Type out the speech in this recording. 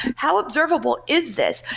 how observable is this?